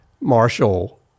Marshall